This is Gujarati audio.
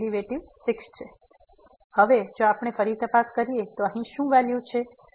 તેથી હવે જો આપણે ફરી તપાસ કરીએ તો અહીં શું વેલ્યુ છે